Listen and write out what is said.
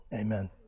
Amen